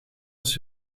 als